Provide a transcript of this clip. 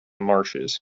marshes